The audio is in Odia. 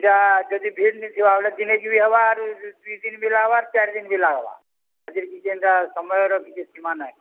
ଏଇଟା ଯଦି ଭିଡ଼୍ ଥିବା ହେଲେ ଦିନେ କେ ବି ହେବା ଆରୁ ଦୁଇ ଦିନ୍ ବି ଲାଗ୍ବା ଚାଏର୍ ଦିନ୍ ବି ଲାଗ୍ବା କିଛି ଏନ୍ତା ସମୟର କିଛି ସୀମା ନାଇନ